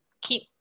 keep